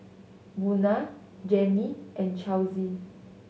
Buna Jannie and Chelsey